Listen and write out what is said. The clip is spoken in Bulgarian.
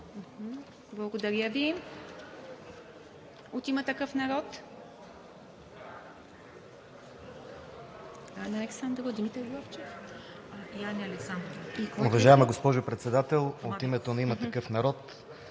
Благодаря Ви. От „Има такъв народ“?